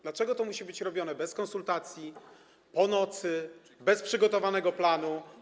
Dlaczego to musi być robione bez konsultacji, po nocy, bez przygotowanego planu?